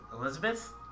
Elizabeth